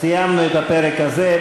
סיימנו את הפרק הזה.